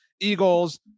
eagles